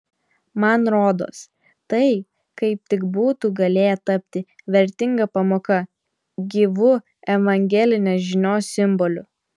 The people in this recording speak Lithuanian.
man rodos tai kaip tik būtų galėję tapti vertinga pamoka gyvu evangelinės žinios simboliu